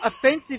Offensive